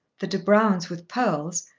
the de brownes with pearls,